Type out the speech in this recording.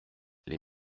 les